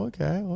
Okay